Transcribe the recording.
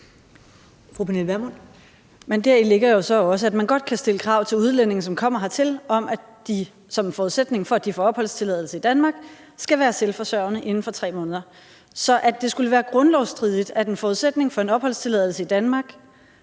deri ligger jo så også, at man godt kan stille krav til udlændinge, som kommer hertil, om, at de som en forudsætning for, at de får opholdstilladelse i Danmark, skal være selvforsørgende inden for 3 måneder. Så at det skulle være grundlovsstridigt, at en forudsætning for en opholdstilladelse i Danmark